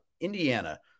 Indiana